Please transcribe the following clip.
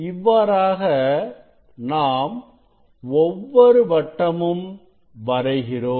இவ்வாறாக நாம் ஒவ்வொரு வட்டமும் வரைகிறோம்